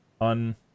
on